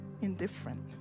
Indifferent